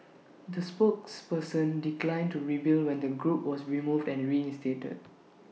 the spokesperson declined to reveal when the group was removed and reinstated